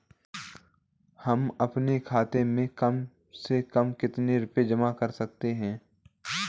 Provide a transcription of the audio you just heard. हम अपने खाते में कम से कम कितने रुपये तक जमा कर सकते हैं?